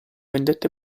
vendette